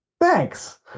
thanks